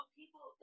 people